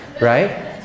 Right